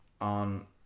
on